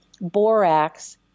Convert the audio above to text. borax